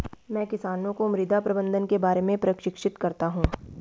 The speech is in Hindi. मैं किसानों को मृदा प्रबंधन के बारे में प्रशिक्षित करता हूँ